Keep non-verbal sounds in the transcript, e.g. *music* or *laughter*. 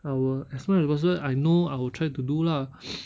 I will as long as the person I know I will try to do lah *noise*